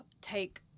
take